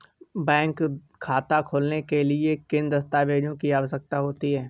Bank खाता खोलने के लिए किन दस्तावेजों की आवश्यकता होती है?